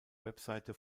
webseite